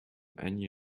annie